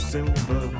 Silver